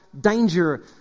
danger